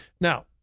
Now